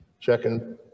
checking